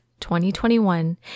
2021